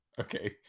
Okay